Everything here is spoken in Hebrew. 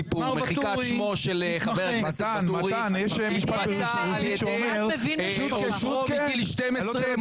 מחיקת שמו של חבר הכנסת ואטורי התבצעה על ידי עוזרו מגיל 12,